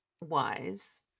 wise